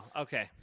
Okay